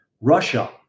Russia